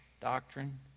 doctrine